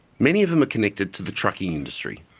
many of them are connected to the trucking industry.